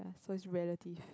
so is relative